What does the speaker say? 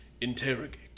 interrogate